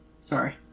Sorry